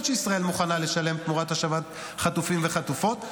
שישראל מוכנה לשלם תמורת השבת חטופים וחטופות,